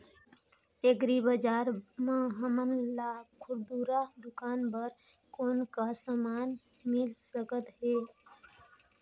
Agri बजार म हमन ला खुरदुरा दुकान बर कौन का समान मिल सकत हे?